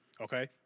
Okay